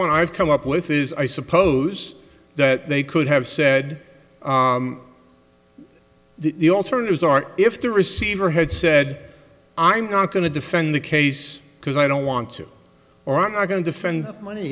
one i've come up with is i suppose that they could have said the alternatives are if the receiver had said i'm not going to defend the case because i don't want to or i'm not going to defend money